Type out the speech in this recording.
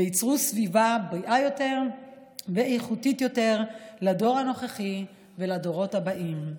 וייצרו סביבה בריאה יותר ואיכותית יותר לדור הנוכחי ולדורות הבאים.